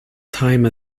time